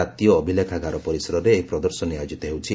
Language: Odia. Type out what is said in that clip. ଜାତୀୟ ଅଭିଲେଖାଗାର ପରିସରରେ ଏହି ପ୍ରଦର୍ଶନୀ ଆୟୋଜିତ ହେଉଛି